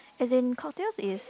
as in cocktail is